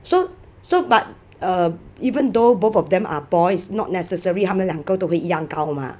so so but err even though both of them are boys not necessary 他们两个都会一样高吗